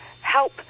help